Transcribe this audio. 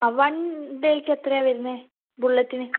ആ വൺ ഡേയ്ക്ക് എത്രയാണ് വരുന്നത് ബുള്ളറ്റിന്